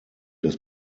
des